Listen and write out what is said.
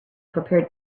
prepared